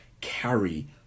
carry